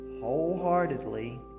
wholeheartedly